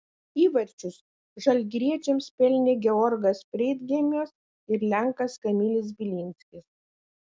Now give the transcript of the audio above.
įvarčius žalgiriečiams pelnė georgas freidgeimas ir lenkas kamilis bilinskis